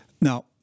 Now